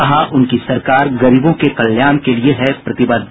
कहा उनकी सरकार गरीबों के कल्याण के लिए है प्रतिबद्ध